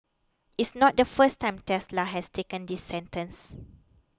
it's not the first time Tesla has taken this sentence